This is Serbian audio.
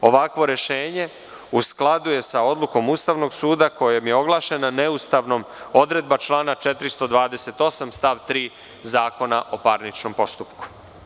Ovakvo rešenje u skladu je sa odlukom Ustavnog suda kojom je oglašena neustavnom odredba člana 428. stav 3. Zakona o parničnom postupku.